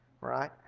right